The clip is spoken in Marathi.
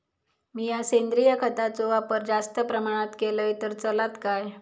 मीया सेंद्रिय खताचो वापर जास्त प्रमाणात केलय तर चलात काय?